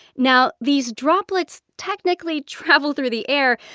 now, these droplets technically travel through the air,